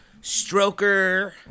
Stroker